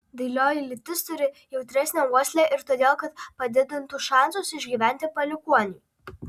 dailioji lytis turi jautresnę uoslę ir todėl kad padidintų šansus išgyventi palikuoniui